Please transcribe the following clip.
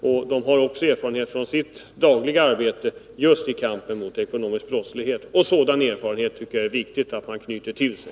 Målarettan har också från sitt dagliga arbete erfarenhet av kampen mot ekonomisk brottslighet, och sådan erfarenhet är det viktigt, tycker jag, att man knyter till sig.